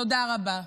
תודה רבה.